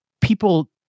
people